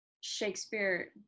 Shakespeare